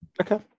Okay